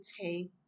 take